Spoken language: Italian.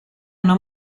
una